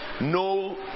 no